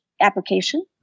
application